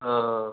ആ ആ